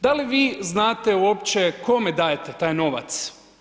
Da li vi znate uopće kome dajete taj novac?